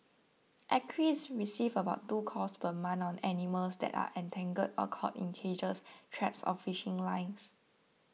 Acres receives about two calls per month on animals that are entangled or caught in cages traps or fishing lines